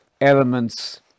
elements